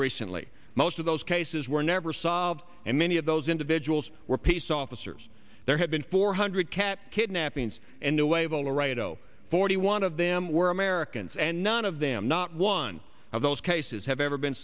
recently most of those cases were never solved and many of those individuals were peace officers there had been four hundred cat kidnappings and a wave all right zero forty one of them were americans and none of them not one of those cases have ever been